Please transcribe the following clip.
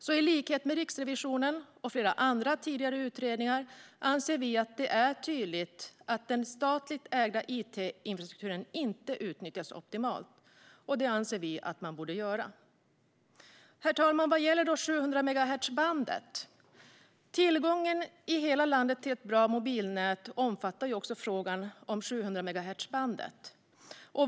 I likhet med Riksrevisionen och flera tidigare utredningar anser vi att det är tydligt att den statligt ägda it-infrastrukturen inte utnyttjas optimalt. Det anser vi att den borde göras. Herr talman! Sedan gäller det 700-megahertzbandet. Tillgång till ett bra mobilnät i hela landet omfattar också frågan om 700-megahertzbandet.